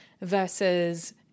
versus